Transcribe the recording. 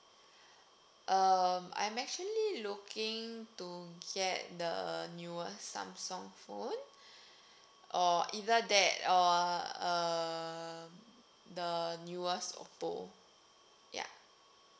um I'm actually looking to get the newest samsung phone or either that or uh the newest oppo ya